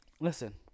listen